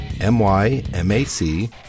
m-y-m-a-c